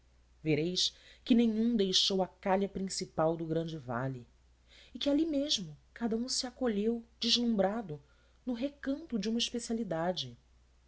vereis que nenhum deixou a calha principal do grande vale e que ali mesmo cada um se acolheu deslumbrado no recanto de uma especialidade